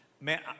man